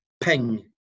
ping